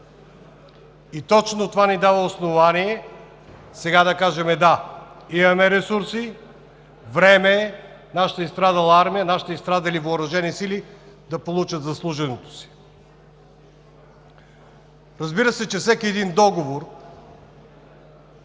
и точно това ни дава основание сега да кажем: да, имаме ресурси, време е нашата изстрадала армия, нашите изстрадали въоръжени сили да получат заслуженото си. Разбира се, че всеки един договор